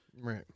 Right